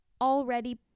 already